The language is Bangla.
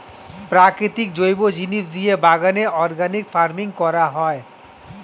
প্রাকৃতিক জৈব জিনিস দিয়ে বাগানে অর্গানিক ফার্মিং করা হয়